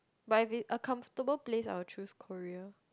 but if a comfortable place I would choose Korea